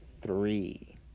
three